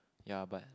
ya but